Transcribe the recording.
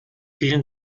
vielen